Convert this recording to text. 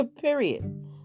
Period